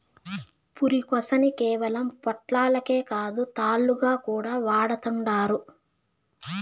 పురికొసని కేవలం పొట్లాలకే కాదు, తాళ్లుగా కూడా వాడతండారు